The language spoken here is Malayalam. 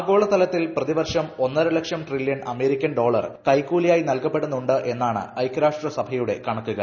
ആഗോളതലത്തിൽ പ്രതിവർഷം ഒന്നരലക്ഷം ട്രില്യൻ അമേരിക്കൻ ഡോളർ കൈക്കൂലിയായി നൽകപ്പെടുന്നുണ്ട് എന്നാണ് ഐക്യരാഷ്ട്രസഭ കണക്കുകൾ